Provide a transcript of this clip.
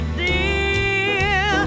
dear